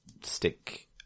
stick